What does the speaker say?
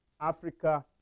Africa